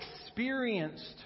experienced